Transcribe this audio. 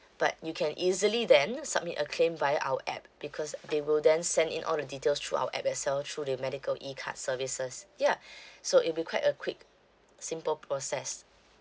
but you can easily then submit a claim via our app because they will then send in all the details through our app as well through the medical ecard services yeah so it'll be quite a quick simple process